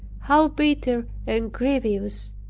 how bitter and grievous,